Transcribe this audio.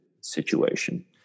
situation